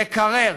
לקרר,